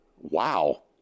Wow